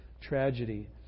tragedy